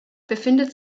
befindet